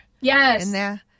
Yes